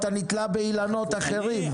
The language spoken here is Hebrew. אתה נתלה באילנות אחרים.